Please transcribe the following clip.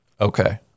Okay